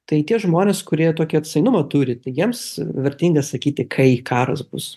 tai tie žmonės kurie tokį atsainumą turi tai jiems vertinga sakyti kai karas bus